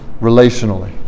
relationally